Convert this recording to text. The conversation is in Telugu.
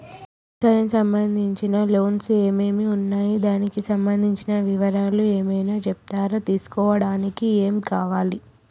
వ్యవసాయం సంబంధించిన లోన్స్ ఏమేమి ఉన్నాయి దానికి సంబంధించిన వివరాలు ఏమైనా చెప్తారా తీసుకోవడానికి ఏమేం కావాలి?